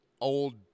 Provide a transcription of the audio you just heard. old